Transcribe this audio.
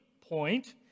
point